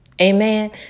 Amen